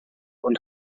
und